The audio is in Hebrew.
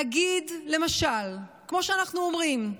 להגיד למשל, כמו שאנחנו אומרים,